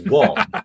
one